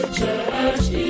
Church